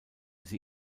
sie